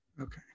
Okay